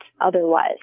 otherwise